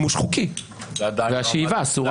והשאיבה אסורה.